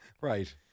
Right